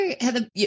Heather